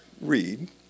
read